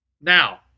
Now